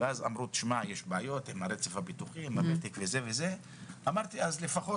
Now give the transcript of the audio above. ואז אמרו שיש בעיות עם הרצף הביטוחי אז אמרתי שלפחות